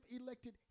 elected